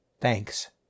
Thanks